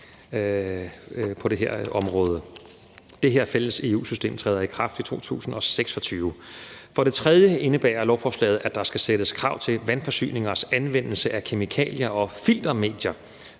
på det her område. Det her fælles EU-system træder i kraft i 2026. For det tredje indebærer lovforslaget, at der skal sættes krav til vandforsyningers anvendelse af kemikalier og filtermedier,